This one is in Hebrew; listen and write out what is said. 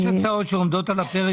יש הצעות שעומדות על הפרק.